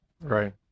Right